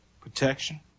Protection